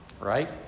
Right